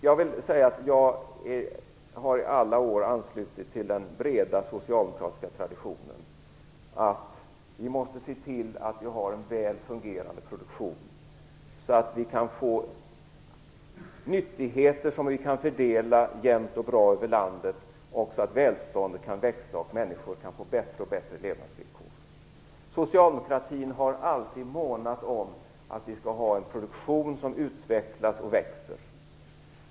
Jag har i alla år anslutit till den breda Socialdemokratiska traditionen att vi måste se till att vi har en väl fungerande produktion, så att vi kan få nyttigheter som vi kan fördela jämnt och bra över landet, välståndet kan växa och människor få bättre och bättre levnadsvillkor. Socialdemokratin har alltid månat om att vi skall ha en produktion som utvecklas och växer.